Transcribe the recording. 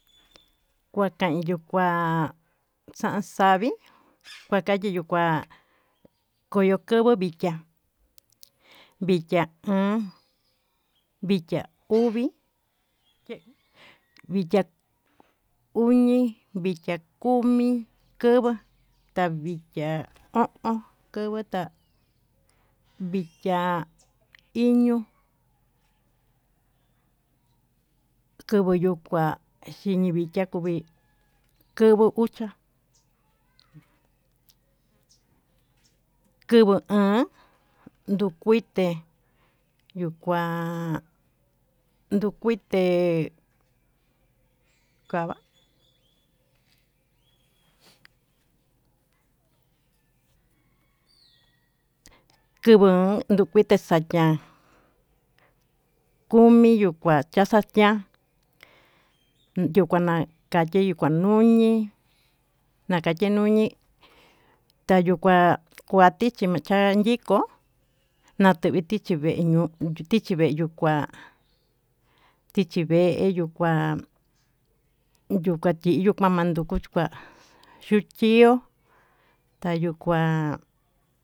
Kuakain yuu kuá xan xavii, kua kayii yuu kuá yoko koyo nixa'a vichia oon vhichia uvi, che vichia uñi, vichia kumi, kova, tavichia o'on, kovo tá vichia iño kovo yu kua vicha kumi kovo'o ucha, kovo oon, ndukuité yuu kuá yukuité kava'a, kava ndukuite xa'a ñá omi yuu kua kaxanyián yuu kuana kachi yikua nuni nakaye ñuñi, tayuu kuá kua tichi kuan ndikó natuve tichí vee ño'o yukuu tichí vee yuukuá tichi vee yuu kuá yuu kandiyo kua mandukio kuá chio tayuu kuá.